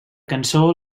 cançó